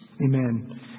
Amen